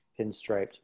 Pinstriped